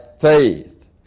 faith